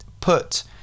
put